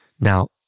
Now